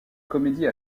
comédie